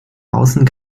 außen